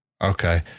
Okay